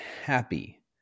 happy